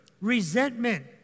Resentment